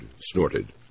snorted